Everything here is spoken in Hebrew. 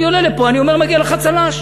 אני עולה לפה ואומר שמגיע לך צל"ש.